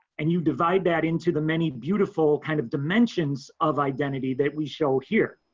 and you divide that into the many beautiful kind of dimensions of identity that we show here.